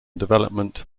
development